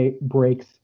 breaks